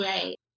Right